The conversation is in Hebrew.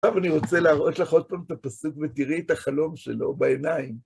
עכשיו אני רוצה להראות לך עוד פעם את הפסוק, ותראי את החלום שלו בעיניים.